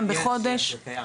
יש, זה קיים.